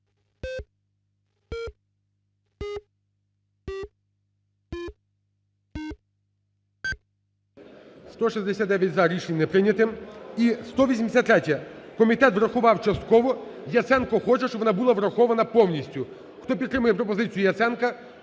За-169 Рішення не прийнято. І 183-я. Комітет врахував частково. Яценко хоче, щоб вона була врахована повністю. Хто підтримує пропозицію Яценка,